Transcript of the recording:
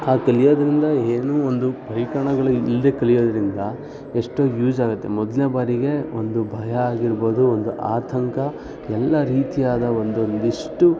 ಆ ಕಲಿಯೋದರಿಂದ ಏನೂ ಒಂದು ಪರಿಕರಣಗಳು ಇಲ್ಲದೇ ಕಲಿಯೋದರಿಂದ ಎಷ್ಟೋ ಯೂಸ್ ಆಗುತ್ತೆ ಮೊದಲ್ನೇ ಬಾರಿಗೆ ಒಂದು ಭಯ ಆಗಿರ್ಬೋದು ಒಂದು ಆತಂಕ ಎಲ್ಲ ರೀತಿಯಾದ ಒಂದೊಂದಿಷ್ಟು